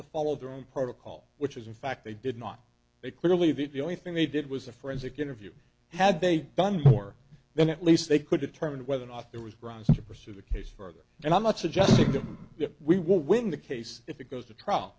to follow their own protocol which is in fact they did not they clearly did the only thing they did was a forensic interview had they done more then at least they could determine whether or not there was grounds to pursue the case further and i'm not suggesting that we will win the case if it goes to trial